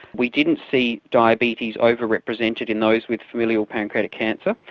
we didn't see diabetes overrepresented in those with familial pancreatic cancer.